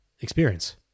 Experience